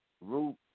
root